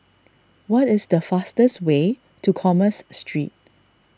what is the fastest way to Commerce Street